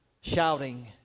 shouting